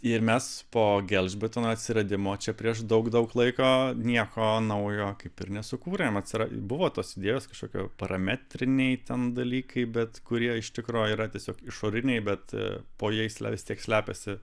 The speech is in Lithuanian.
ir mes po gelžbetonio atsiradimo čia prieš daug daug laiko nieko naujo kaip ir nesukūrėm atsira buvo tos idėjos kažkokie parametriniai ten dalykai bet kurie iš tikro yra tiesiog išoriniai bet po jais leisti slepiasi